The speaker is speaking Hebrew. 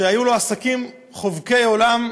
שהיו לו עסקים חובקי עולם,